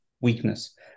weakness